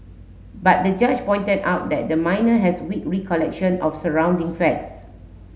but the judge pointed out that the minor has weak recollection of surrounding facts